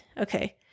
okay